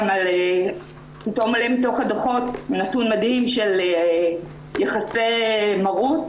עולה מתוך הדוחות נתון מדהים של יחסי מרות